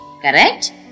Correct